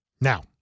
Now